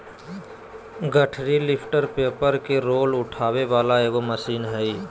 गठरी lifter paper के roll उठावे वाला एगो मशीन हइ